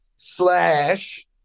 slash